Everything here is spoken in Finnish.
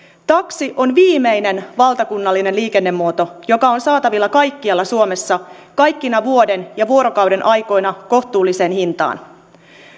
taksi on viimeinen valtakunnallinen liikennemuoto joka on saatavilla kaikkialla suomessa kaikkina vuoden ja vuorokaudenaikoina kohtuulliseen hintaan